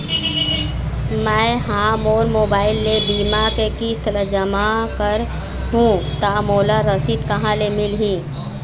मैं हा मोर मोबाइल ले बीमा के किस्त ला जमा कर हु ता मोला रसीद कहां ले मिल ही?